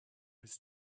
his